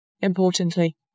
Importantly